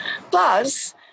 plus